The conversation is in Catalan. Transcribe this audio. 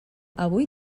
avui